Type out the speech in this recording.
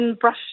brush